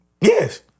Yes